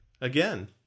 Again